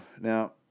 Now